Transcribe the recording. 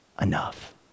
enough